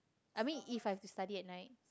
I mean if I have to study at night